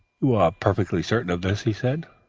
you are perfectly certain of this? he said.